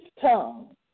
tongue